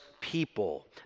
people